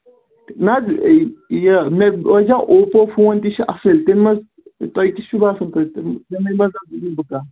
نہ حظ یہِ مےٚ ٲسۍ زیٛو اوپو فون تہِ چھِ اَصٕل تَمہِ منٛز تۄہہِ تہِ چھُو باسان تَمے منٛز حظ نِمہٕ بہٕ کانٛہہ